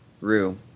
Rue